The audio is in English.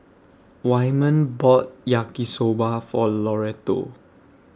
Wyman bought Yaki Soba For Loretto